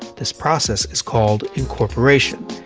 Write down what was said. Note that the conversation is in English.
this process is called incorporation.